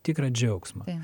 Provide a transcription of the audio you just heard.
tikrą džiaugsmą